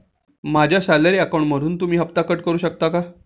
माझ्या सॅलरी अकाउंटमधून तुम्ही हफ्ता कट करू शकता का?